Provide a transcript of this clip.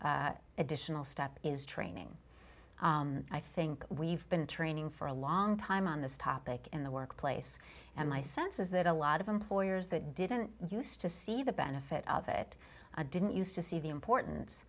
additional step is training i think we've been training for a long time on this topic in the workplace and my sense is that a lot of employers that didn't used to see the benefit of it didn't used to see the importance